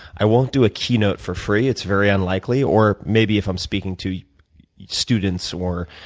i won't do a keynote for free. it's very unlikely. or maybe if i'm speaking to students or